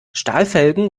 stahlfelgen